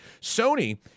Sony